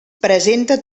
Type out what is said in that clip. presenta